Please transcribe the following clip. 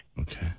Okay